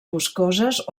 boscoses